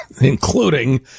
Including